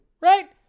right